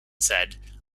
said